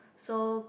so